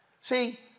See